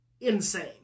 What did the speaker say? insane